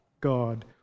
God